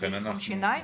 ייחודי לשיניים.